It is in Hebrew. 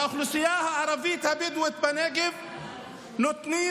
לאוכלוסייה הערבית הבדואית בנגב נותנים